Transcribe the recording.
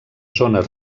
zones